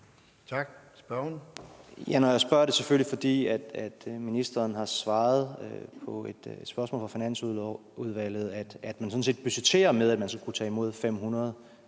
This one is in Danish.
Tak. Spørgeren.